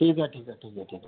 ठीक आहे ठीक आहे ठीक आहे ठीक आहे